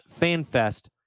fanfest